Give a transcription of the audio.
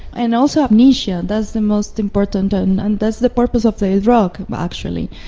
and also amnesia, that's the most important, and and that's the purpose of the drug actually.